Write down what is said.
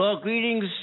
Greetings